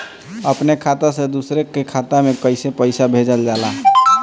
अपने खाता से दूसरे के खाता में कईसे पैसा भेजल जाला?